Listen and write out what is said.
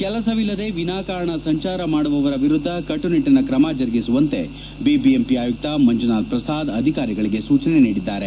ಕೆಲಸವಿಲ್ಲದೆ ವಿನಾಕಾರಣ ಸಂಚಾರ ಮಾಡುವವರ ವಿರುದ್ದ ಕಟ್ಟುನಿಟ್ಟಿನ ಕ್ರಮ ಜರುಗಿಸುವಂತೆ ಬಿಬಿಎಂಪಿ ಆಯುಕ್ತ ಮಂಜುನಾಥ್ ಪ್ರಸಾದ್ ಅಧಿಕಾರಿಗಳಿಗೆ ಸೂಚನೆ ನೀಡಿದ್ದಾರೆ